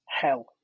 hell